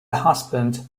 husband